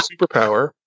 superpower